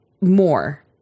more